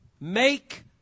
make